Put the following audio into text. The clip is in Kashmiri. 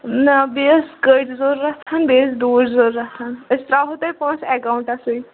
نا بیٚیہِ ٲسۍ کٔرۍ ضروٗرت بیٚیہِ ٲسۍ دوٗرۍ ضروٗرت أسۍ ترٛاوہو تۄہہِ پونٛسہٕ ایکاوُنٛٹَسٕے